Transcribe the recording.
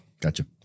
Gotcha